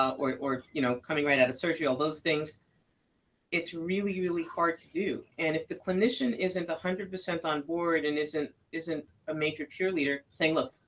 or or you know coming right out of surgery, all those things it's really, really hard to do. and if the clinician isn't one hundred percent on board and isn't isn't a major cheerleader saying look,